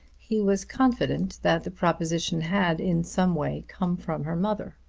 he was confident that the proposition had in some way come from her mother.